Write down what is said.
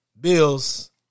Bills